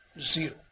zero